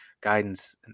guidance